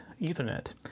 ethernet